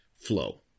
flow